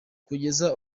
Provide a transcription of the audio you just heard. kugeza